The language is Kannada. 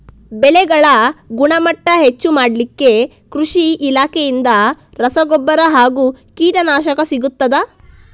ಬೆಳೆಗಳ ಗುಣಮಟ್ಟ ಹೆಚ್ಚು ಮಾಡಲಿಕ್ಕೆ ಕೃಷಿ ಇಲಾಖೆಯಿಂದ ರಸಗೊಬ್ಬರ ಹಾಗೂ ಕೀಟನಾಶಕ ಸಿಗುತ್ತದಾ?